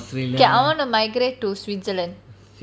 K I wanna migrate to switzerland